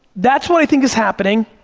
that's what i think is happening.